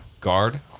Guard